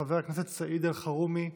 חבר הכנסת סעיד אלחרומי,